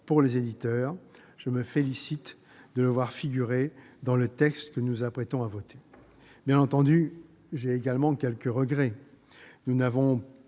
pour les éditeurs : je me félicite de le voir figurer dans le texte que nous nous apprêtons à voter. Bien entendu, j'ai également quelques regrets. Nous n'avons